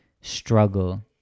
struggle